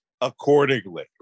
accordingly